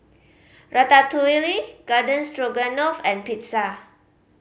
Ratatouille Garden Stroganoff and Pizza